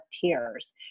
tears